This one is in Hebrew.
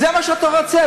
זה מה שאתה רוצה.